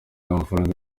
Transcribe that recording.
y’amafaranga